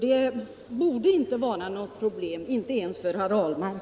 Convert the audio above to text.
Detta borde inte vara något problem, inte ens för herr Ahlmark.